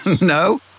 No